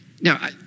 Now